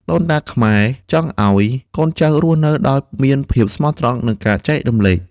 ដូនតាខ្មែរចង់ឱ្យកូនចៅរស់នៅដោយមានភាពស្មោះត្រង់ និងការចែករំលែក។